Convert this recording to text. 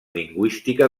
lingüística